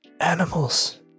animals